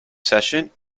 session